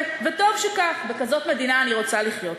שלא תיבהלי,